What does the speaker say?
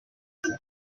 les